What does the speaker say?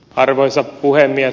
arvoisa puhemies